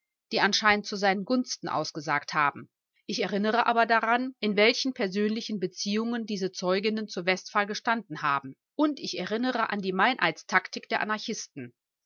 die anscheinend zu seinen gunsten ausgesagt haben ich erinnere aber daran in welchen persönlichen beziehungen diese zeuginnen zu westphal gestanden haben und ich erinnere an die meineidstaktik der anarchisten